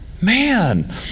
man